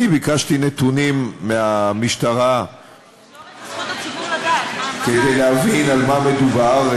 אני ביקשתי נתונים מהמשטרה כדי להבין על מה מדובר,